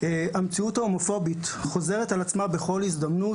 המציאות ההומופובית חוזרת על עצמה בכל הזדמנות,